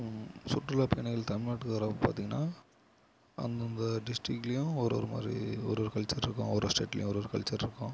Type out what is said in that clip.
சுற்றுலாப் பயணிகள் தமிழ் நாட்டுக்கு வரப்போ பார்த்தீங்கன்னா அந்தந்த டிஸ்ட்ரிக்லையும் ஒரு ஒரு மாதிரி ஒரு ஒரு கல்ச்சர் இருக்கும் ஒவ்வொரு ஸ்டேட்லையும் ஒரு ஒரு கல்ச்சர் இருக்கும்